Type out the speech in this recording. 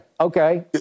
okay